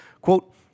quote